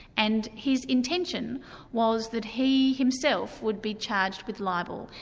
and his intention was that he himself would be charged with libel,